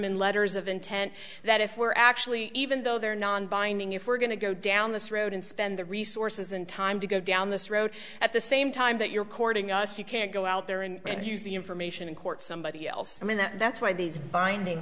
in letters of intent that if we're actually even though they're non binding if we're going to go down this road and spend the resources and time to go down this road at the same time that you're courting us you can't go out there and use the information in court somebody else i mean that that's why these binding